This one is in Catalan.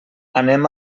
anem